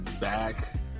back